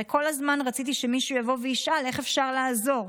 הרי כל הזמן רציתי שמישהו יבוא וישאל איך אפשר לעזור.